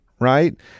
right